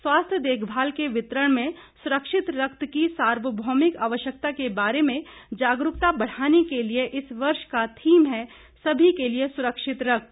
स्वास्थ्य देखभाल के वितरण में सुरक्षित रक्त की सार्वभौमिक आवश्यकता के बारे में जागरूकता बढ़ाने के लिए इस वर्ष का थीम है सभी के लिए स्रक्षित रक्त